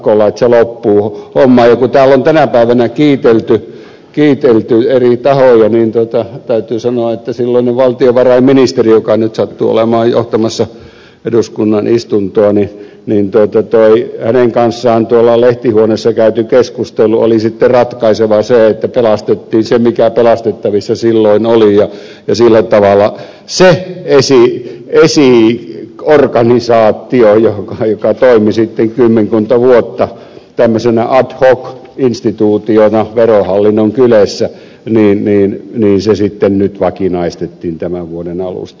ja kun täällä on tänä päivänä kiitelty eri tahoja niin täytyy sanoa että silloisen valtiovarainministerin joka nyt sattuu olemaan johtamassa eduskunnan istuntoa kanssa tuolla lehtihuoneessa käyty keskustelu oli sitten ratkaiseva siinä että pelastettiin se mikä pelastettavissa silloin oli ja sillä tavalla se esiorganisaatio joka toimi sitten kymmenkunta vuotta tämmöisenä ad hoc instituutiona verohallinnon kyljessä sitten nyt vakinaistettiin tämän vuoden alusta